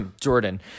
Jordan